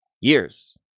years